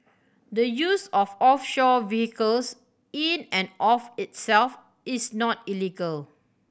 the use of offshore vehicles in and of itself is not illegal